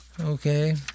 Okay